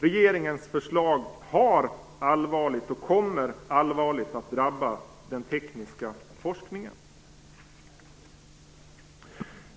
Regeringens förslag har drabbat och kommer att allvarligt drabba den tekniska forskningen.